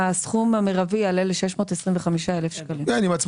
הסכום המירבי יעלה ל-625,000 שקלים.